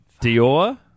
Dior